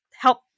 help